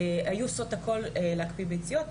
היו עושות הכול כדי להקפיא ביציות.